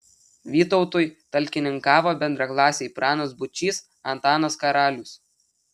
vytautui talkininkavo bendraklasiai pranas būčys antanas karalius